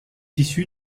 issu